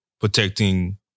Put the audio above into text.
protecting